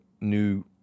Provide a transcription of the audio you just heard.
new